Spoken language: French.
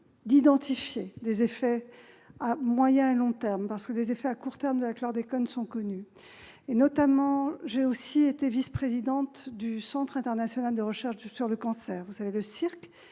à identifier des effets à moyen et à long terme, car les effets à court terme du chlordécone sont connus. Ayant aussi été vice-présidente du Centre international de recherche sur le cancer, le CIRC,